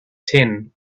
ten